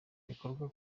bikorwa